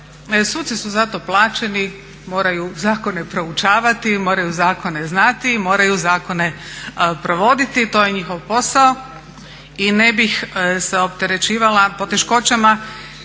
Suci su za to plaćeni, moraju zakone proučavati, moraju zakone znati, moraju zakone provoditi. To je njihov posao i ne bih se opterećivala poteškoćama